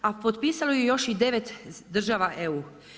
A potpisalo ju je još i 9 država EU.